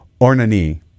Ornani